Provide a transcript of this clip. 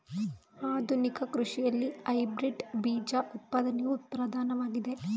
ಆಧುನಿಕ ಕೃಷಿಯಲ್ಲಿ ಹೈಬ್ರಿಡ್ ಬೀಜ ಉತ್ಪಾದನೆಯು ಪ್ರಧಾನವಾಗಿದೆ